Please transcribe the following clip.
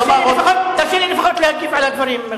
תרשה לי לפחות להגיב על הדברים,